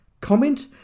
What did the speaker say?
comment